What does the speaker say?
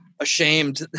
ashamed